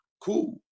cool